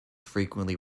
frequently